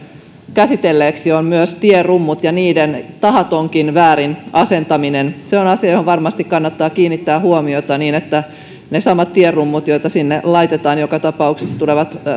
käsitellyksi on myös tierummut ja niiden tahatonkin väärin asentaminen se on asia johon varmasti kannattaa kiinnittää huomiota niin että ne samat tierummut joita sinne laitetaan joka tapauksessa tulevat